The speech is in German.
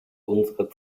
unsere